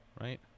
right